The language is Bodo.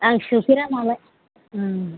आं सोंफेरा नालाय ओं